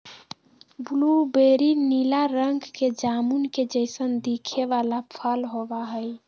blueberry नीला रंग के जामुन के जैसन दिखे वाला फल होबा हई